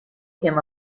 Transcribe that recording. him